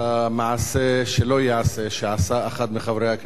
על המעשה שלא ייעשה שעשה אחד מחברי הכנסת